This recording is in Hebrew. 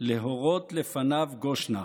לְהוֹרֹת לפניו גֹּשְׁנָה".